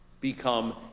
become